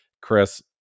Chris